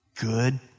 good